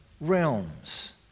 realms